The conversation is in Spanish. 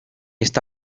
está